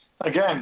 again